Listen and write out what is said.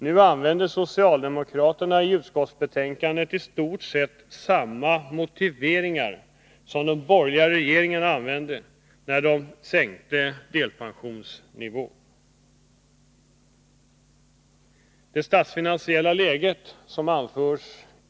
Nu använder socialdemokraterna i utskottsbetänkandet i stort sett samma motiveringar som den borgerliga regeringen använde när den sänkte delpensionsnivån.